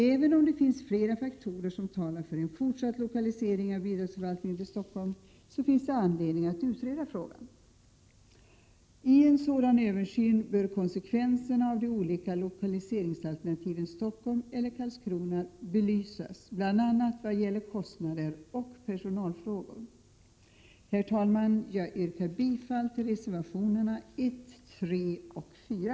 Även om det finns flera faktorer som talar för en fortsatt lokalisering av bidragsförvaltningen till Stockholm finns det anledning att utreda frågan. Vid en sådan översyn bör konsekvenserna av de olika lokaliseringsalternativen Stockholm och Karlskrona belysas bl.a. vad gäller kostnader och personalfrågor. Herr talman! Jag yrkar bifall till reservationerna 1, 3 och 4.